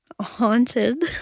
haunted